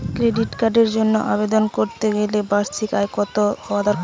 Credit কার্ডের জন্য আবেদন করতে গেলে বার্ষিক আয় কত হওয়া দরকার?